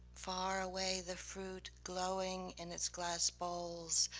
far away the fruit glowing in its glass bowls,